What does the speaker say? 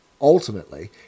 Ultimately